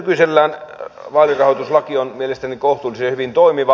nykyisellään vaalirahoituslaki on mielestäni kohtuullisen hyvin toimiva